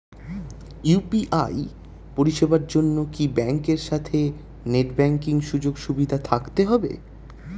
UPI পরিষেবার জন্য কি ব্যাংকের সাথে নেট ব্যাঙ্কিং সুযোগ সুবিধা থাকতে হবে?